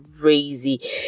crazy